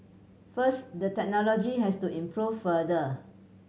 first the technology has to improve further